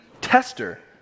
tester